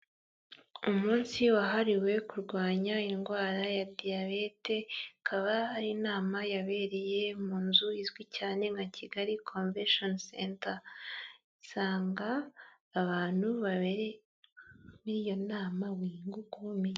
Umunsi wahariwe kurwanya indwara ya diyabete, ikaba ari inama yabereye mu nzu izwi cyane nka Kigali konvesheni senta, isanga abantu bari muri iyo nama bunguka ubumenyi.